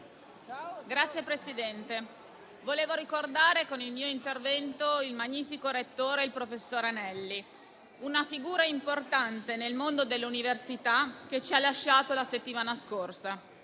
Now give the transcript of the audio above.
Signor Presidente, volevo ricordare con il mio intervento il Magnifico rettore, professor Anelli, una figura importante nel mondo dell'università, che ci ha lasciato la settimana scorsa.